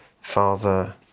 father